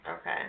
Okay